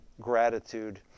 gratitude